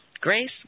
Grace